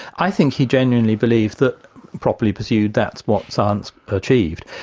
i think he genuinely believed that properly pursued, that's what science achieved.